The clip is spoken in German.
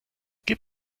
gib